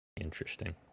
interesting